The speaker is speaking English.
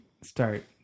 start